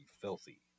filthy